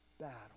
battle